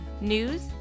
news